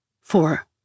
Four